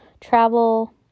travel